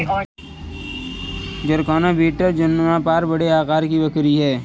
जरखाना बीटल जमुनापारी बड़े आकार की बकरियाँ हैं